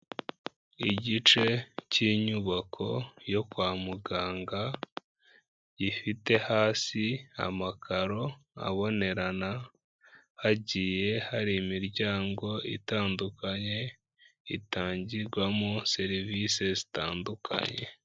Igice k'inyubako yo kwa muganga, gifite hasi amakaro abonerana, hagiye hari imiryango itandukanye itangirwamo serivise zitandukanye.